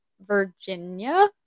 Virginia